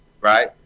right